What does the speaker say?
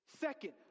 Second